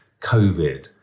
COVID